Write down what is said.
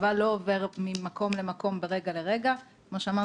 הצבא לא עובר ממקום למקום מרגע לרגע, כמו שאמרתי.